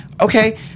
okay